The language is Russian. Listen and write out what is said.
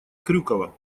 крюкова